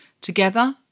together